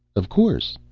of course.